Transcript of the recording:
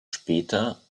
später